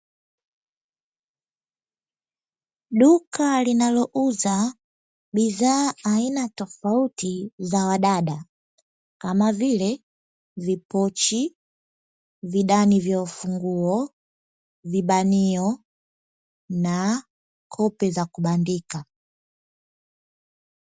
Duka linalouza bidhaa aina tofauti za wadada kama vile: vipochi, vidani vya ufunguo, vibanio na kope za kubandika.